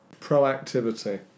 Proactivity